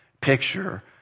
picture